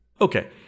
Okay